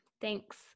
Thanks